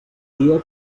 dia